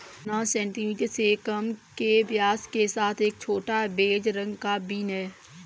चना सेंटीमीटर से कम के व्यास के साथ एक छोटा, बेज रंग का बीन है